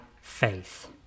faith